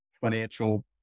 financial